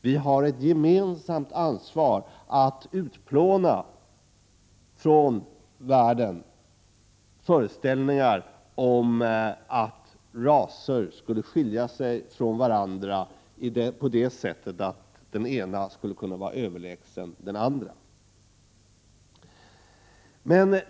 Vi har ett gemensamt ansvar att utplåna från världen föreställningar om att raser skulle skilja sig från varandra på det sättet att den ena skulle kunna vara överlägsen den andra.